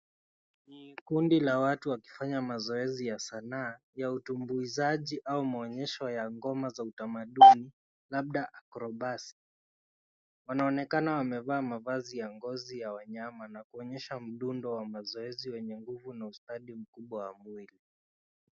Ni kundi la watu wakifanya mazoezi ya sanaa ya utumbuizaji au maonyesho ya ngoma za utamaduni labda acrobats . Wanaonekana wamevaa mavazi ya ngozi ya wanyama na kuonyesha mdundo wa mazoezi wenye nguvu na ustadi mkubwa wa mwili.